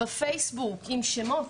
עם שמות,